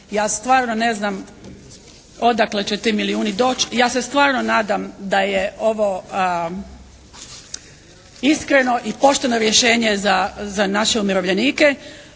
Ja stvarno ne znam odakle će ti milijuni doći i ja se stvarno nadam da je ovo iskreno i pošteno rješenje za naše umirovljeno.